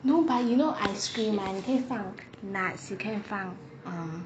no but you know ice cream right 你可以放 nuts 你可以放 uh